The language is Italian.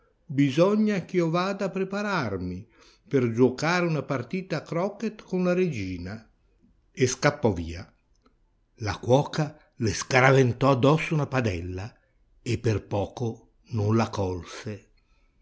bisogna ch'io vada a prepararmi per giuocare una partita a croquet con la regina e scappò via la cuoca le scaraventò addosso una padella e per poco non la colse